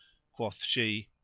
quoth she,